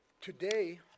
Today